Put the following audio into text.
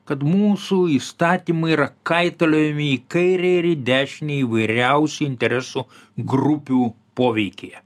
kad mūsų įstatymai yra kaitaliojami į kairę ir į dešinę įvairiausių interesų grupių poveikyje